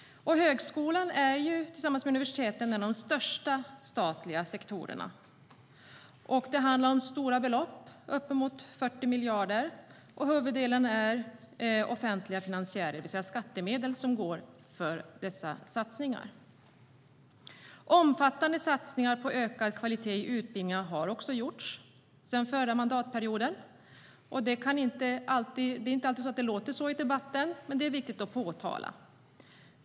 Högskolan är, tillsammans med universiteten, en av de största statliga sektorerna. Det handlar om stora belopp, uppemot 40 miljarder. Huvuddelen är offentliga finansiärer, det vill säga skattemedel som går till dessa satsningar. Omfattande satsningar på ökad kvalitet i utbildningarna har också gjorts sedan förra mandatperioden. Det låter inte alltid så i debatten, men det är viktigt att nämna.